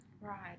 right